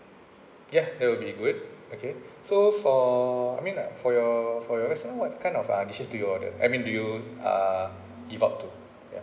ya that will be good okay so for I mean like for your for your restaurant what kind of uh dishes do you order I mean do you uh give out to